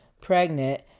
pregnant